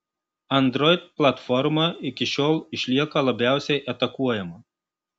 android platforma iki šiol išlieka labiausiai atakuojama